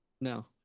No